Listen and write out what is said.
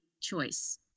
choice